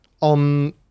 on